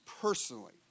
personally